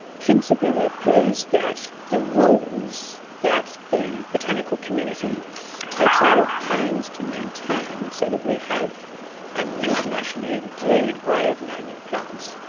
principally we are pleased that the rules that the botanical community takes a lot of pains to maintain so that we have an internationally agreed way of naming plants,